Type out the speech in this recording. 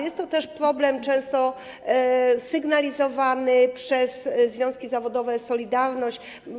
Jest to także problem często sygnalizowany przez związki zawodowe „Solidarność”